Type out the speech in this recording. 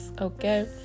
Okay